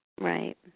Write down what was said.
Right